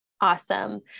awesome